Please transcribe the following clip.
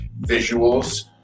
visuals